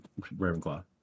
Ravenclaw